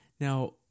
Now